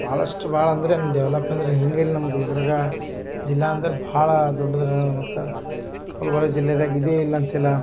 ಭಾಳಷ್ಟು ಭಾಳ ಅಂದ್ರೆನು ಡೆವಲಪ್ ಅಂದರೆ ಹೀಂಗಿಲ್ಲ ನಮ್ಮ ಗುಲ್ಬರ್ಗ ಜಿಲ್ಲೆ ಅಂದರೆ ಭಾಳ ದೊಡ್ಡದ್ರ ಅಂಥ ಗುಲ್ಬರ್ಗ ಜಿಲ್ಲೆದಾಗ್ ಇದೇ ಇಲ್ಲ ಅಂತಿಲ್ಲ